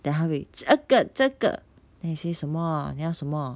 then 他会这个这个 then I say 什么你要什么